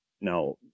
Now